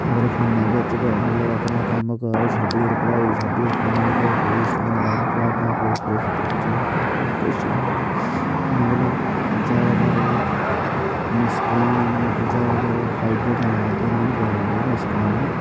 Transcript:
मतलब फोनै बिच गै मतलब अपना कम्म काज छुड़ियै पढ़ाई छुड़ियै फोनै च गै कोई इंस्टाग्रांम चलाऽ दा कोई फेसबुक चलाऽ दा कोई किश चलाऽ दा मतलब जैदातर ओह् नुक्सान मतलब जैदातर ओह् फायदे ते लै दे निं जैदातर ओह् नुक्सान गै